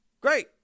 Great